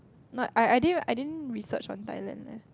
not I I didn't I didn't research on Thailand leh